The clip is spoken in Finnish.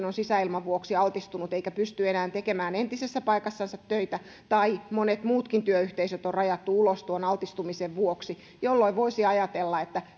on sisäilman vuoksi altistunut eikä pysty enää tekemään entisessä paikassansa töitä tai monet muutkin työyhteisöt on rajattu ulos tuon altistumisen vuoksi jolloin voisi ajatella että